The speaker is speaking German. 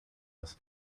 ist